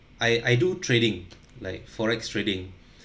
I I do trading like forex trading